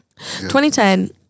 2010